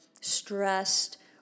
stressed